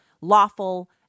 lawful